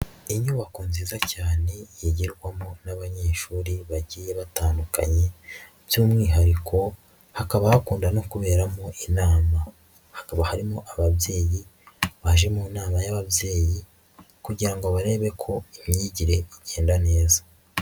Inyubako nziza cyane yigirwamo n'abanyeshuri bagiye batandukanye by'umwihariko hakaba bakundana kuberamo inama, hakaba harimo ababyeyi baje mu nama y'ababyeyi kugira ngo barebe ko imyigire igenda neza.